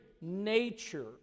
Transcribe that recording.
nature